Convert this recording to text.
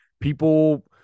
people –